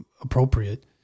appropriate